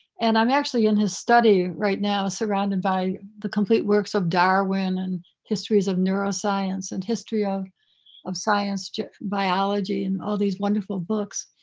and i'm actually in his study right now, surrounded by the complete works of darwin and histories of neuroscience and history of of science, biology, and all these wonderful books.